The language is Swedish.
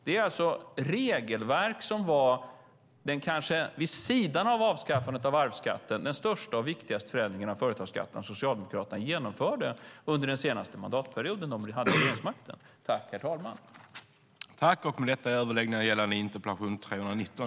Det är alltså ett regelverk som, vid sidan av avskaffandet av arvsskatten, var den största och viktigaste förändringen av företagsskatten som Socialdemokraterna genomförde under den senaste mandatperioden då de hade regeringsmakten.